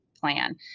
plan